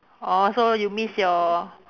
orh so you miss your